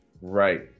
Right